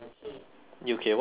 U_K why U_K